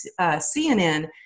CNN